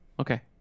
Okay